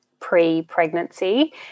pre-pregnancy